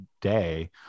day